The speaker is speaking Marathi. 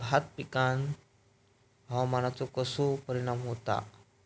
भात पिकांर हवामानाचो कसो परिणाम होता?